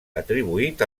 atribuït